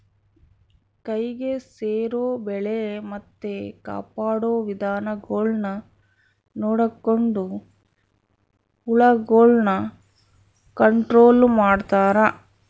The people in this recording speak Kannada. ಕೈಗೆ ಸೇರೊ ಬೆಳೆ ಮತ್ತೆ ಕಾಪಾಡೊ ವಿಧಾನಗುಳ್ನ ನೊಡಕೊಂಡು ಹುಳಗುಳ್ನ ಕಂಟ್ರೊಲು ಮಾಡ್ತಾರಾ